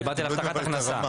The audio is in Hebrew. יודעים, דיברתי על הבטחת הכנסה.